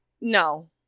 No